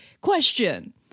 question